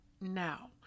now